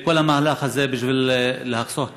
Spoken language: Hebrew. כל המהלך הזה בשביל לחסוך כסף?